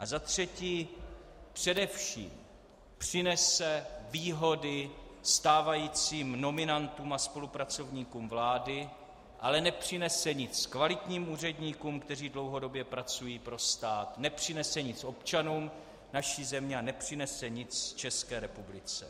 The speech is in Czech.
A za třetí, především přinese výhody stávajícím nominantům a spolupracovníkům vlády, ale nepřinese nic kvalitním úředníkům, kteří dlouhodobě pracují pro stát, nepřinese nic občanům naší země a nepřinese nic České republice.